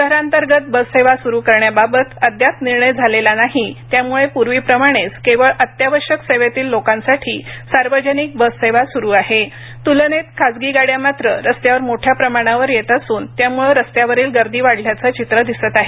शहरांतर्गत बससेवा सुरू करण्याबाबत अद्याप निर्णय झालेला नाही त्यामुळं पूर्वीप्रमाणेच केवळ अत्यावश्यक सेवेतील लोकांसाठी सार्वजनिक बससेवा सुरू आहे तुलनेत खासगी गाड्या मात्र रस्त्यावर मोठ्या प्रमाणावर येत असून त्यामुळं रस्त्यावरील गर्दी वाढल्याचं चित्र दिसत आहे